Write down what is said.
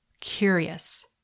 curious